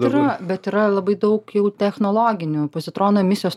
yra bet yra labai daug jau technologinių pozitronų emisijos